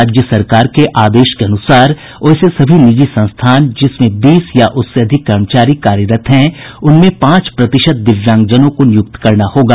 राज्य सरकार के आदेश के अनुसार वैसे सभी निजी संस्थान जिसमें बीस या उससे अधिक कर्मचारी कार्यरत हैं उनमें पांच प्रतिशत दिव्यांगजनों को नियुक्त करना होगा